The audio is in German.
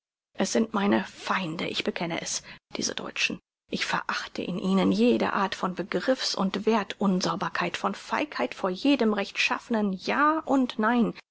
es sind meine feinde ich bekenne es diese deutschen ich verachte in ihnen jede art von begriffs und werth unsauberkeit von feigheit vor jedem rechtschaffnen ja und nein